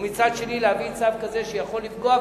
ומצד אחר להביא צו כזה שיכול לפגוע,